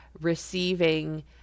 receiving